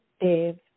Dave